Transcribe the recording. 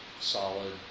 solid